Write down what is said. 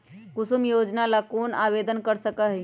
कुसुम योजना ला कौन आवेदन कर सका हई?